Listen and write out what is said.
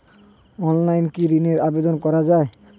অনলাইনে কি ঋনের আবেদন করা যায়?